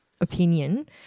opinion